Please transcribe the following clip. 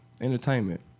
Entertainment